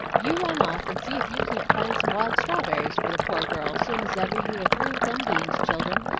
you run off and see if you can't find some wild strawberries for the poor girl, soon's ever you are through with them beans, children.